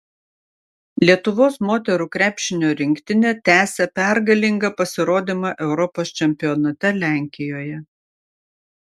lietuvos moterų krepšinio rinktinė tęsia pergalingą pasirodymą europos čempionate lenkijoje